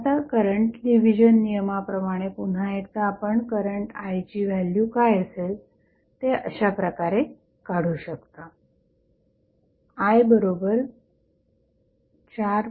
आता current division नियमाप्रमाणे पुन्हा एकदा आपण करंट I ची व्हॅल्यू काय असेल ते अशाप्रकारे काढू शकता I4